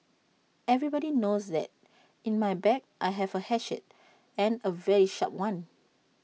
everybody knows that in my bag I have A hatchet and A very sharp one